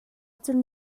cun